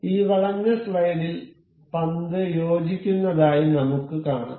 ഈ വളഞ്ഞ സ്ലൈഡിൽ പന്ത് യോജിക്കുന്നതായി നമുക്ക് കാണാം